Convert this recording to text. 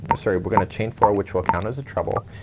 ah sorry, we're gonna chain four, which will count as a treble,